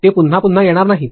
ते पुन्हा पुन्हा येणार नाहीत